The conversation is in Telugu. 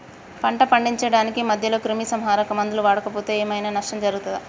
పంట పండించడానికి మధ్యలో క్రిమిసంహరక మందులు వాడకపోతే ఏం ఐనా నష్టం జరుగుతదా?